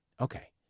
Okay